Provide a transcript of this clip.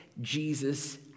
Jesus